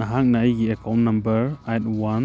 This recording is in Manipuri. ꯅꯍꯥꯛꯅ ꯑꯩꯒꯤ ꯑꯦꯀꯥꯎꯟ ꯅꯝꯕꯔ ꯑꯩꯠ ꯋꯥꯟ